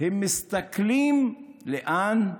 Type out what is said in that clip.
הם מסתכלים לאן?